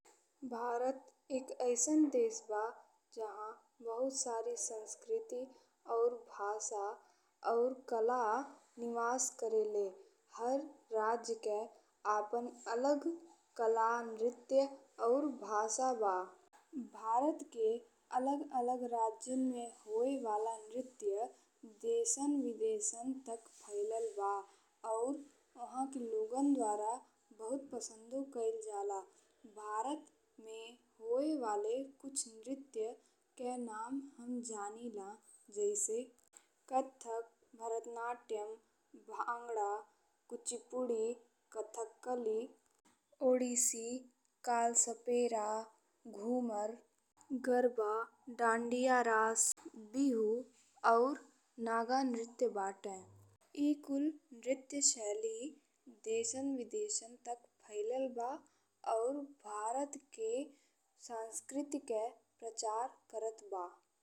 भारत एक अइसन देश बा जहा बहुत सारी संस्कृति और भाषा और कला निवास करेले। हर राज्य के आपन अलग कला नृत्य और भाषा बा। भारत के अलग अलग राज्य में होए वाला नृत्य देशों विदेशों तक फैलल बा और ओहाके लोगन द्वारा बहुत पसंद कइल जाला। भारत में होए वाले कुछ नृत्य के नाम हम जानीला जइसे कथक, भरतनाट्यम, भांगड़ा, कुचिपुड़ी, कथकली, ओडिसी, कलसपेरा, घूमर, गरबा, डांडिया रास, बहुत और नागनृत्य बाटे। ए कुल नृत्य देशों विदेशों तक फैलल बा और भारत के संस्कृति के प्रचार करत बा।